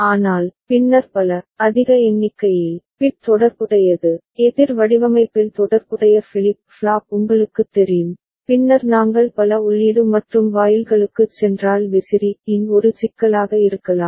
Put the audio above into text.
ஆனால் பின்னர் பல அதிக எண்ணிக்கையில் பிட் தொடர்புடையது எதிர் வடிவமைப்பில் தொடர்புடைய ஃபிளிப் ஃப்ளாப் உங்களுக்குத் தெரியும் பின்னர் நாங்கள் பல உள்ளீடு மற்றும் வாயில்களுக்குச் சென்றால் விசிறி இன் ஒரு சிக்கலாக இருக்கலாம்